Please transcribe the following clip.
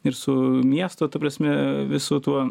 ir su miesto ta prasme visu tuo